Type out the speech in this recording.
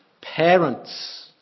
Parents